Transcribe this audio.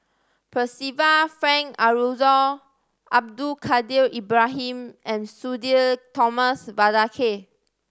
Percival Frank Aroozoo Abdul Kadir Ibrahim and Sudhir Thomas Vadaketh